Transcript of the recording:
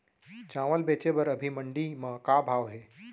चांवल बेचे बर अभी मंडी म का भाव हे?